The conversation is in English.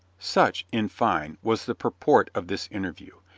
such, in fine, was the purport of this interview,